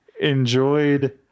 enjoyed